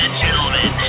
gentlemen